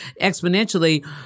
exponentially